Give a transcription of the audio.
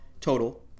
total